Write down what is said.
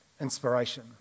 inspiration